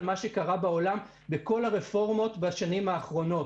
מה שקרה בעולם בכל הרפורמות בשנים האחרונות...